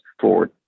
forward